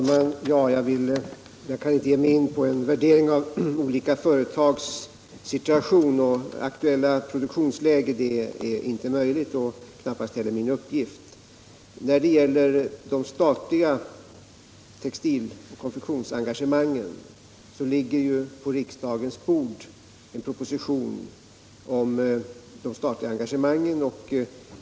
Herr talman! Jag kan inte ge mig in på en värdering av olika företags situation och aktuella produktionsläge. Det är inte möjligt och knappast heller min uppgift. När det gäller de statliga textiloch konfektionsengagemangen ligger på riksdagens bord en proposition om just detta.